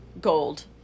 gold